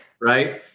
right